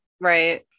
Right